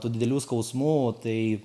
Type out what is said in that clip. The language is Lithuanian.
tų didelių skausmų tai